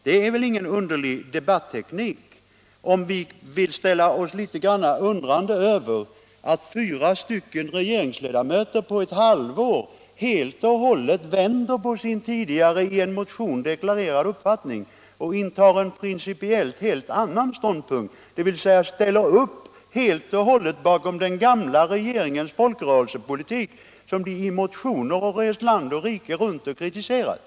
Det är väl ingen underlig debatteknik att vi ställer oss frågande till att fyra regeringsledamöter på ett halvår helt och hållet ändrat sin tidigare i en motion deklarerade uppfattning och intar en principiellt helt annan ståndpunkt. De ställer nu upp bakom den gamla regeringens folkrörelsepolitik, som de rest land och rike runt och kritiserat.